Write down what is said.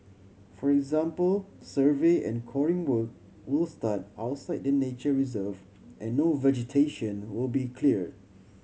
for example survey and coring work will start outside the nature reserve and no vegetation will be cleared